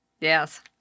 Yes